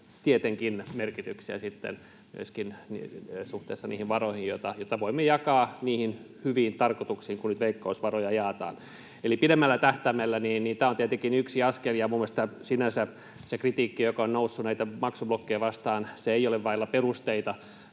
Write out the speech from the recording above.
tietenkin merkitystä sitten myöskin suhteessa niihin varoihin, joita voimme jakaa niihin hyviin tarkoituksiin, mihin nyt veikkausvaroja jaetaan. Eli pidemmällä tähtäimellä tämä on tietenkin yksi askel. Ja minun mielestäni sinänsä se kritiikki, joka on noussut näitä maksublokkeja vastaan, ei ole vailla perusteita.